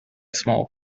small